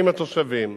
ועם התושבים,